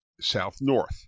south-north